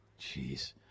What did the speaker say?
Jeez